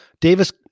Davis